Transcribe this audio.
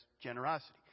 generosity